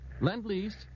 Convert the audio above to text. Lend-Lease